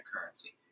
currency